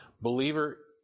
Believer